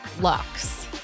Lux